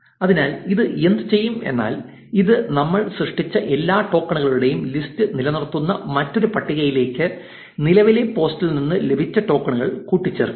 അതിനാൽ ഇത് എന്തുചെയ്യും എന്നാൽ ഇത് നമ്മൾ സൃഷ്ടിച്ച എല്ലാ ടോക്കണുകളുടെയും ലിസ്റ്റ് നിലനിർത്തുന്ന മറ്റൊരു പട്ടികയിലേക്ക് നിലവിലെ പോസ്റ്റിൽ നിന്ന് ലഭിച്ച ടോക്കണുകൾ കൂട്ടിച്ചേർക്കും